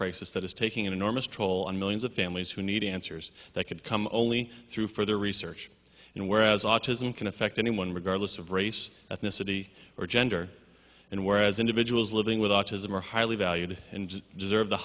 crisis that is taking an enormous toll on millions of families who need answers that could come only through further research and whereas autism can affect anyone regardless of race ethnicity or gender and whereas individuals living with autism are highly valued and deserve the